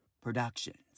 Productions